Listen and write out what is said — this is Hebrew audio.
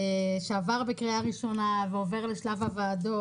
שעבר בקריאה הראשונה ועובר לשלב הוועדות.